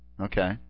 okay